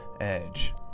edge